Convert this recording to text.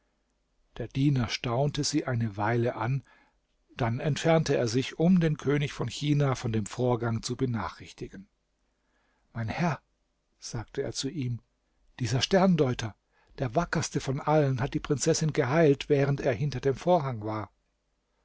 der diener staunte sie eine weile an dann entfernte er sich um den könig von china von dem vorgang zu benachrichtigen mein herr sagte er zu ihm dieser sterndeuter der wackerste von allen hat die prinzessin geheilt während er hinter dem vorhang war